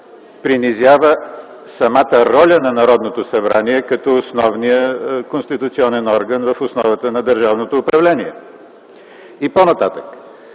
принизява самата роля на Народното събрание като основния конституционен орган в основата на държавното управление. Вие направихте